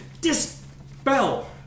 dispel